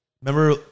Remember